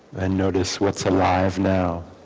and notice what's alive now